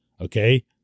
okay